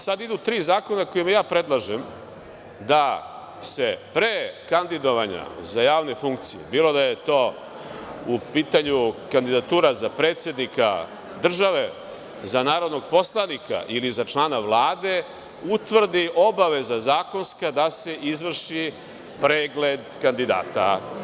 Sada idu tri zakona kojima ja predlažem da se pre kandidovanja za javne funkcije, bilo da je u pitanju kandidatura za predsednika države, za narodnog poslanika ili za člana Vlade, utvrdi obaveza zakonska da se izvrši pregled kandidata.